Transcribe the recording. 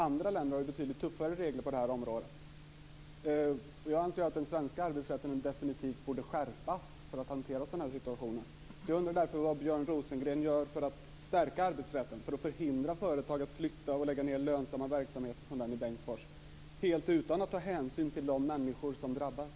Andra länder har betydligt tuffare regler på det här området. Jag anser att den svenska arbetsrätten definitivt borde skärpas för att hantera sådana här situationer. Jag undrar därför vad Björn Rosengren gör för att stärka arbetsrätten, för att förhindra företag att flytta och lägga ned lönsamma verksamheter som den i Bengtsfors, helt utan att ta hänsyn till de människor som drabbas.